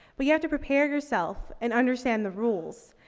but you have to prepare yourself and understand the rules.